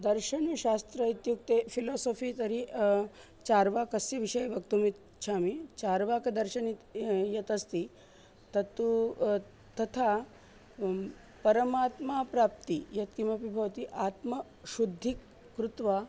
दर्शनशास्त्रम् इत्युक्ते फ़िलोसोफ़ि तर्हि चार्वाकस्य विषये वक्तुम् इच्छामि चार्वाकदर्शनं यत् अस्ति तत्तु तथा परमात्माप्राप्तिः यत्किमपि भवति आत्मशुद्धिः कृत्वा